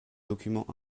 documents